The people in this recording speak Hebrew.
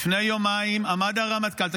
לפני יומיים עמד הרמטכ"ל --- ראש